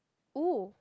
oh